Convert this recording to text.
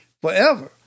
forever